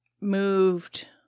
moved